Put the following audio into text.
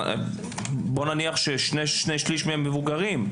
שני שליש מהם מבוגרים.